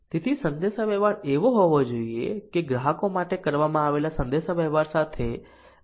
તેથી સંદેશાવ્યવહાર એવો હોવો જોઈએ કે ગ્રાહકો માટે કરવામાં આવેલા સંદેશાવ્યવહાર સાથે અનુભવી સર્વિસ બંધબેસે